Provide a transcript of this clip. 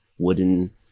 wooden